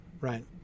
right